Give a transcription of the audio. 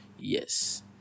yes